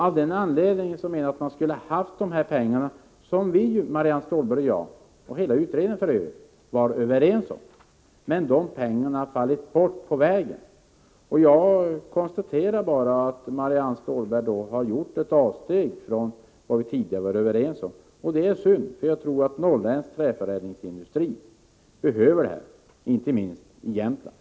Av den anledningen anser jag att de pengar behövs som Marianne Stålberg och jag — hela utredningen för Övrigt — var överens om. Men de pengarna har fallit bort på vägen, och jag konstaterar att Marianne Stålberg har gjort ett avsteg från vad vi tidigare var överens om. Det är synd, för jag tror att norrländsk träförädlingsindustri behöver pengarna, inte minst i Jämtland.